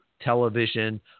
television